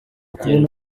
kubona